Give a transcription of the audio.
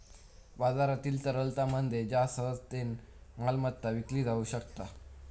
बाजारातील तरलता म्हणजे ज्या सहजतेन मालमत्ता विकली जाउ शकता